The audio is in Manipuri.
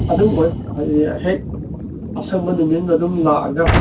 ꯍꯦꯛ ꯑꯁꯪꯕ ꯅꯨꯃꯤꯠ ꯑꯃꯗ ꯑꯗꯨꯝ ꯂꯥꯛꯑꯒ